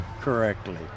Correctly